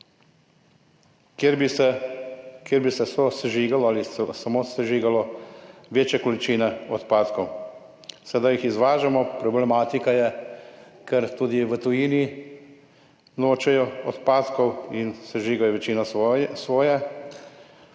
ali samo sežigalo večje količine odpadkov. Sedaj jih izvažamo. Problem je, ker tudi v tujini nočejo odpadkov in večinoma sežigajo svoje.